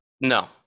No